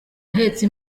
ahetse